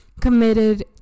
committed